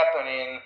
happening